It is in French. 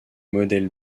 modèle